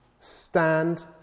Stand